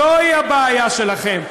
זוהי הבעיה שלכם.